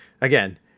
again